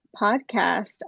podcast